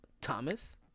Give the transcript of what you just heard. Thomas